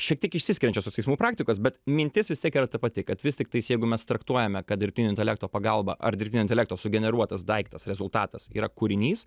šiek tiek išsiskiriančios tos teismų praktikos bet mintis vis tiek yra ta pati kad vis tiktais jeigu mes traktuojame kad dirbtinio intelekto pagalba ar dirbtinio intelekto sugeneruotas daiktas rezultatas yra kūrinys